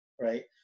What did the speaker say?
right